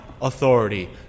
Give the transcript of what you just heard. authority